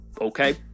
okay